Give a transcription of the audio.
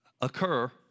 occur